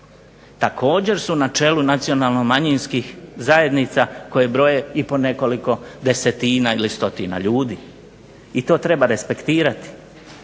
također su na čelu nacionalno manjinskih zajednica koje broje i po nekoliko desetina ili stotina ljudi. I to treba respektirati.